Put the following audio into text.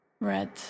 Red